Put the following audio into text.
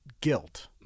guilt